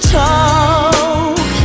talk